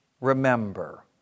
remember